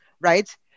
Right